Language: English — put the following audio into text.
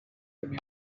museum